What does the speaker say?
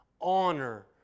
honor